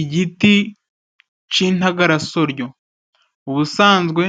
Igiti c'intagarasoryo; ubusanzwe